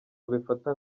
abifata